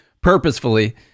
purposefully